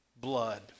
blood